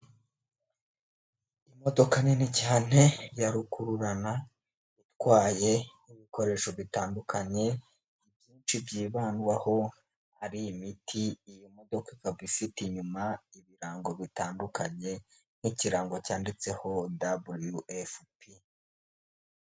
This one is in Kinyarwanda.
Imodoka nini cyane ya rukururana itwaye ibikoresho bitandukanye, ibyinshi byibandwaho hari imiti, iyi modoka ikaba ifite inyuma ibirango bitandukanye nk'ikirango cyanditseho WFP.